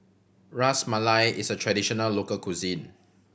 Ras Malai is a traditional local cuisine